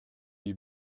you